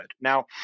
now